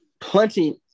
plenty